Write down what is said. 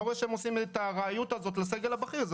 לא רואה שהם עושים את הארעיות הזאת לסגל הבכיר.